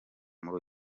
muri